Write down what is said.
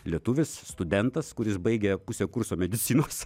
lietuvis studentas kuris baigė pusę kurso medicinos